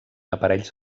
aparells